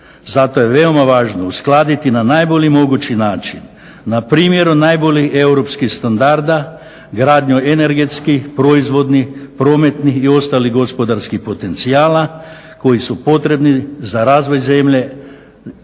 Zato je veoma važno uskladiti na najbolji mogući način na primjeru najboljih europskih standarda gradnju energetskih, proizvodnih, prometnih i ostalih gospodarskih potencijala koji su potrebni za razvoj zemlje